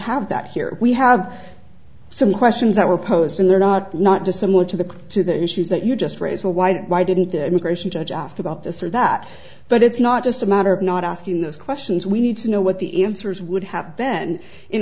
have that here we have some questions that were posed in there not not dissimilar to the to the issues that you just raised were white why didn't the immigration judge ask about this or that but it's not just a matter of not asking those questions we need to know what the answers would have then in